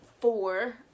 four